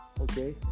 okay